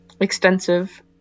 extensive